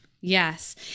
Yes